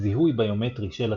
זיהוי ביומטרי של הטוען.